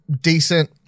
decent